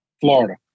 Florida